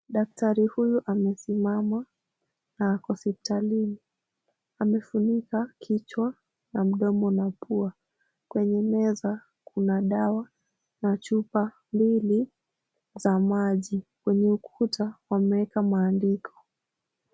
Daktari huyu amesimama na ako hospitalini. Amefunika kichwa na mdomo na pua . Kwenye meza kuna dawa na chupa mbili za maji. Kwenye ukuta wameweka maandiko.